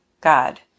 God